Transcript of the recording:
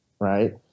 right